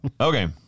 okay